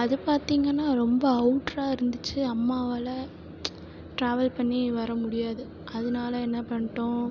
அது பார்த்தீங்கன்னா ரொம்ப அவுட்டராக இருந்துச்சு அம்மாவால் ட்ராவல் பண்ணி வர முடியாது அதனால என்ன பண்ணிட்டோம்